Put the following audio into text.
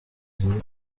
ziri